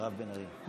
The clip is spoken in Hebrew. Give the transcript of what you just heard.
מירב בן ארי,